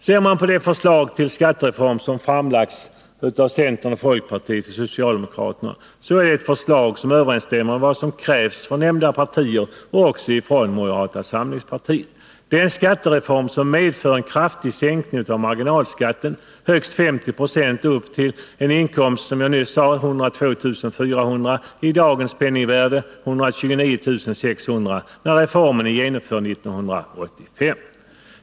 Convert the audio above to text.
Ser man på det förslag till skattereform som framlagts av centerpartiet, folkpartiet och socialdemokraterna, finner man att det är ett förslag som överensstämmer med vad som krävts från nämnda partier och från moderata samlingspartiet. Det är en skattereform som medför en kraftig sänkning av marginalskatten — högst 50 76 marginalskatt upp till en årsinkomst på 102 400 idagens penningvärde och 129 600 när reformen är genomförd 1985.